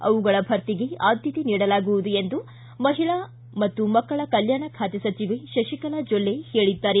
ಅವುಗಳ ಭರ್ತಿಗೆ ಆದ್ದತೆ ನೀಡಲಾಗುವುದು ಎಂದು ಮಹಿಳಾ ಮಕ್ಕಳ ಕಲ್ಕಾಣ ಖಾತೆ ಸಚಿವೆ ಶಶಿಕಲಾ ಜೊಲ್ಲೆ ತಿಳಿಸಿದ್ದಾರೆ